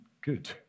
good